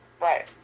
Right